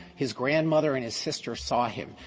his grandmother and his sister saw him.